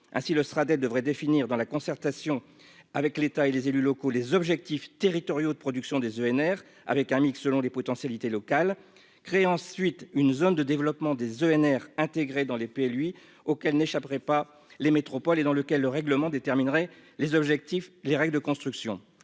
ainsi le Strada devrait définir dans la concertation avec l'état et les élus locaux, les objectifs territoriaux de production des ENR avec un mix selon les potentialités locales crée ensuite une zone de développement des ENR intégré dans les épais lui auquel n'échapperait pas les métropoles et dans lequel le règlement déterminerait les objectifs, les règles de construction